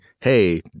hey